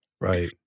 Right